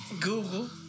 Google